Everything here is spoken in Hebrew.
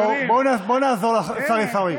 בואו נעזור לשר עיסאווי.